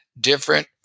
different